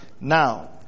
now